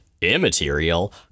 immaterial